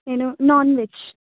నేను non veg